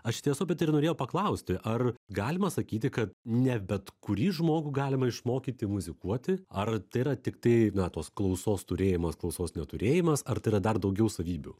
aš iš tiesų apie tai ir norėjau paklausti ar galima sakyti kad ne bet kurį žmogų galima išmokyti muzikuoti ar tai yra tiktai na tos klausos turėjimas klausos neturėjimas ar tai yra dar daugiau savybių